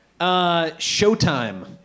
Showtime